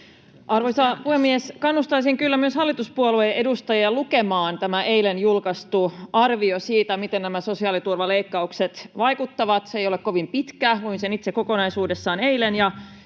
Arvoisa puhemies! Kannustaisin kyllä myös hallituspuolueiden edustajia lukemaan tämän eilen julkaistun arvion siitä, miten nämä sosiaaliturvaleikkaukset vaikuttavat. Se ei ole kovin pitkä. Luin sen itse kokonaisuudessaan eilen,